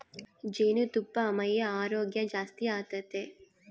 ಜೇನುತುಪ್ಪಾ ಮೈಯ ಆರೋಗ್ಯ ಜಾಸ್ತಿ ಆತತೆ